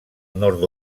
nord